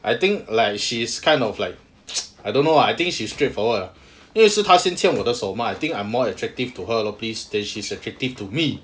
I think like she is kind of like I don't know lah I think she's straight forward ah 因为是她先牵我的手 mah I think I'm more attractive to her lor please than she's attracted to me